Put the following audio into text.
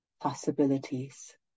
possibilities